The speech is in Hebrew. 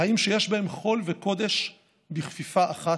חיים שיש בהם חול וקודש בכפיפה אחת,